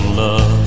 love